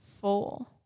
four